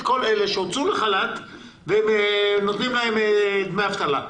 כל אלה שהוצאו לחל"ת ונותנים להם דמי אבטלה?